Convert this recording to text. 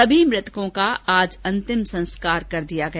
सभी मृतकों का आज अंतिम संस्कार कर दिया गया